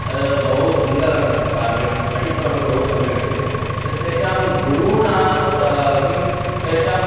तद् बहु सुन्दरमस्ति काव्यं पठितुमपि बहु सम्यगस्ति तत् तेषां गुरूणां किं तेषां